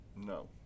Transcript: No